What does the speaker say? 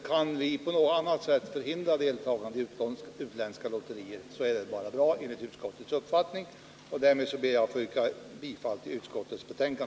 Kan vi på något sätt förhindra detta deltagande är det bara bra enligt utskottets uppfattning. Därmed ber jag att få yrka bifall till utskottets hemställan.